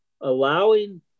allowing